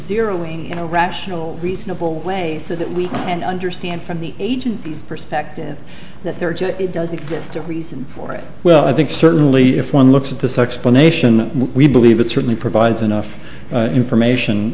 zero wayne in a rational reasonable way so that we can understand from the agency's perspective that there does exist a reason for it well i think certainly if one looks at this explanation we believe it certainly provides enough information